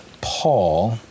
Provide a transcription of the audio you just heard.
Paul